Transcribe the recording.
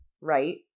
right